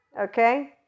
Okay